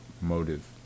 motive